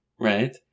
right